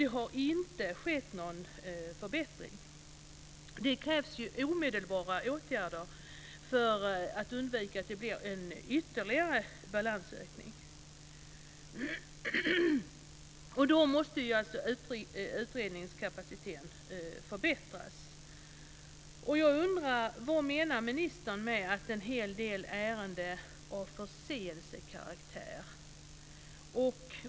Det har inte skett någon förbättring. Det krävs omedelbara åtgärder för att undvika en ytterligare balansökning. Då måste utredningskapaciteten förbättras. Vad menar ministern med att en hel del ärenden har förseelsekaraktär?